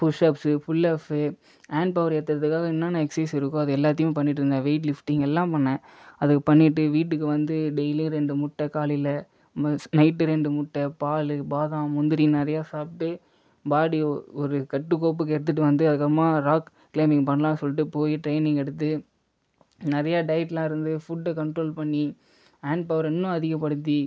push ups pull up hand power ஏத்துறதுக்கான என்னென்ன exercises இருக்கோ அது எல்லாத்தையும் பண்ணிட்டுருந்தேன் வெய்ட் லிஃப்ட்டிங் அது எல்லாம் பண்ணினேன் அது பண்ணிட்டு வீட்டுக்கு வந்து டெய்லி இரண்டு முட்டை காலையில் நைட்டு இரண்டு முட்டை பால் பாதம் முந்திரி நிறைய சாப்பிட்டு பாடியை ஒரு கட்டுக்கோப்புக்கு எடுத்துட்டு வந்து அதுக்கப்பறமாக ராக் க்ளைம்பிங் பண்ணலாம் சொல்லிட்டு போய் ட்ரைனிங் எடுத்து நிறைய டயட்லாம் இருந்து ஃபுட்டை கண்ட்ரோல் பண்ணி ஹாண்ட் பவரை இன்னும் அதிகப்படுத்தி